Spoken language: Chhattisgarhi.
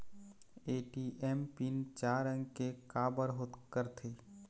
ए.टी.एम पिन चार अंक के का बर करथे?